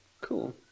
cool